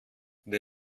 der